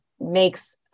makes